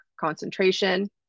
concentration